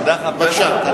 בבקשה.